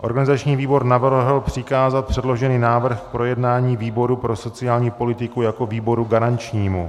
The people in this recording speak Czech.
Organizační výbor navrhl přikázat předložený návrh k projednání výboru pro sociální politiku jako výboru garančnímu.